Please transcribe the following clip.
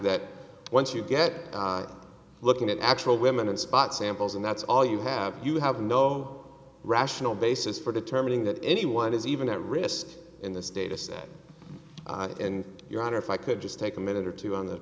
that once you get looking at actual women and spot samples and that's all you have you have no rational basis for determining that anyone is even at risk in this dataset and your honor if i could just take a minute or two on the